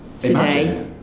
today